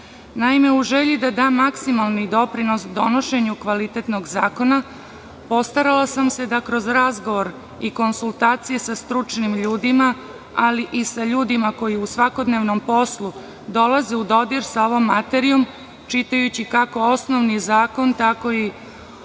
struke. Naime, u želji da dam maksimalni doprinos donošenju kvalitetnog zakona, postarala sam se da kroz razgovor i konsultacije sa stručnim ljudima, ali i sa ljudima koji u svakodnevnom poslu dolaze u dodir sa ovom materijom, čitajući kako osnovni zakon tako i